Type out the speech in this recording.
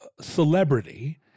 celebrity